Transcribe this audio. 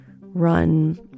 run